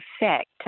effect